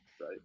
right